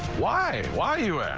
why? why, you ask.